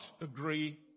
agree